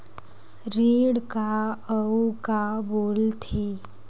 ऋण का अउ का बोल थे?